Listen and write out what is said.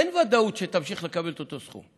אין ודאות שתמשיך לקבל את אותו סכום,